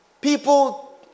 people